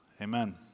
Amen